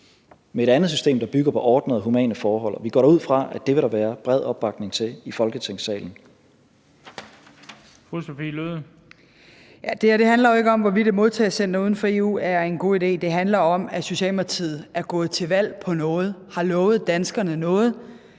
med et andet system, der bygger på ordnede og humane forhold. Vi går da ud fra, at det vil der være bred opbakning til i Folketingssalen. Kl. 17:15 Den fg. formand (Bent Bøgsted): Fru Sophie Løhde. Kl. 17:15 Sophie Løhde (V): Det her handler jo ikke om, hvorvidt et modtagecenter uden for EU er en god idé. Det handler om, at Socialdemokratiet er gået til valg på noget, har lovet danskerne noget,